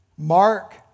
Mark